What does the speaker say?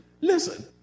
Listen